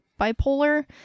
bipolar